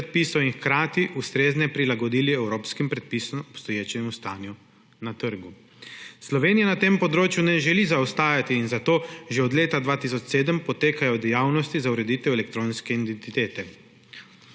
predpisov in jih hkrati ustrezneje prilagodil evropskim predpisom v obstoječem stanju na trgu. Slovenija na tem področju ne želi zaostajati in zato že od leta 2007 potekajo dejavnosti za ureditev elektronske identitete.